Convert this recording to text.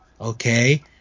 okay